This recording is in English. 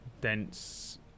dense